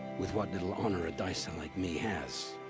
with what little honor a dicer like me has.